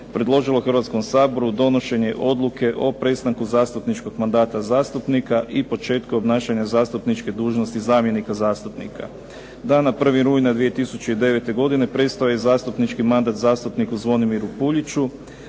predložilo je Hrvatskom saboru donošenje odluke o prestanku zastupničkog mandata zastupnika i početku obnašanja zastupničke dužnosti zamjenika zastupnika. Dana 1. rujna 2009. godine prestao je zastupnički mandat zastupniku Zvonimiru Puljiću,